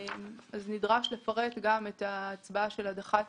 נדרש לפרט גם את ההצבעה של הדח"צים.